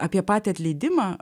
apie patį atleidimą